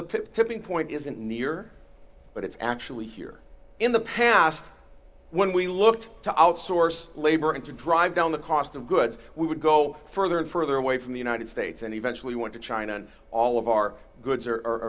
the tipping point is in the year but it's actually here in the past when we looked to outsource labor and to drive down the cost of goods we would go further and further away from the united states and eventually went to china all of our goods are are